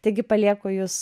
taigi palieku jus